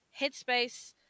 headspace